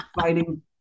fighting